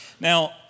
Now